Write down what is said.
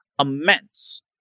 immense